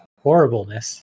horribleness